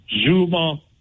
Zuma